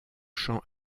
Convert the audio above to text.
chants